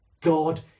god